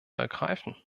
ergreifen